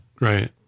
right